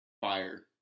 fire